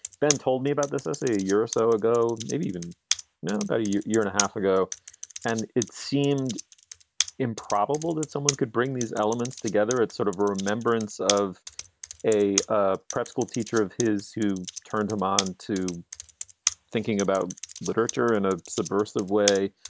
ben told me about this as a year or so ago, maybe even about a year and a half ago and it seemed improbable that someone could bring these elements together it's sort of a remembrance of a a prep school teacher of his who turned him on to thinking about literature and a subversive way,